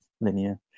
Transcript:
linear